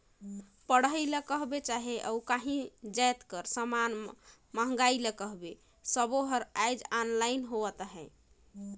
पढ़ई ल कहबे चहे अउ काहीं जाएत कर समान मंगई ल कहबे सब्बों हर आएज ऑनलाईन होत हवें